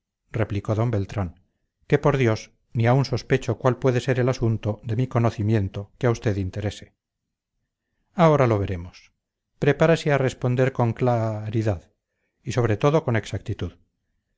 replicó d beltrán que por dios ni aun sospecho cuál puede ser el asunto de mi conocimiento que a usted interese ahora lo veremos prepárese a responder con cla ridad y sobre todo con exactitud